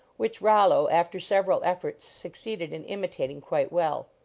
which rollo, after several efforts, succeeded in imitating quite well.